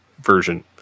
version